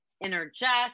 interject